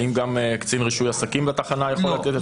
האם גם רישוי עסקים בתחנה יכול להיות מוסמך?